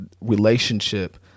relationship